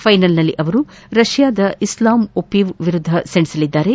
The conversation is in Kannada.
ಫೈನಲ್ನಲ್ಲಿ ಅವರು ರಷ್ಲಾದ ಇಸ್ಲಾಮ್ ಒಪೀವ್ ವಿರುದ್ದ ಸೆಣಸಲಿದ್ದಾರೆ